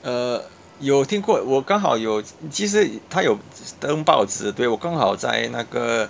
err 有听过我刚好有其实他有登报纸对我更好在那个